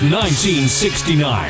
1969